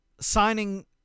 signing